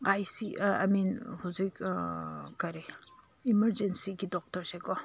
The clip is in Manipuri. ꯑꯥꯏ ꯁꯤ ꯑꯥꯏ ꯃꯤꯟ ꯍꯧꯖꯤꯛ ꯀꯔꯤ ꯏꯃꯥꯔꯖꯦꯟꯁꯤꯒꯤ ꯗꯣꯛꯇꯔꯁꯦꯀꯣ